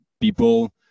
people